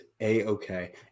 a-okay